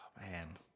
Man